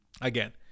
again